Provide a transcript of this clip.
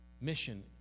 Mission